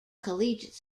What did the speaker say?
collegiate